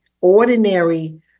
ordinary